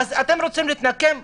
אם אתם רוצים להתנקם בנו,